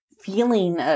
feeling